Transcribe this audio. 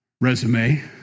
resume